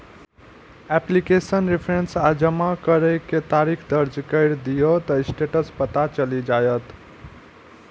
application reference आ जमा करै के तारीख दर्ज कैर दियौ, ते स्टेटस पता चलि जाएत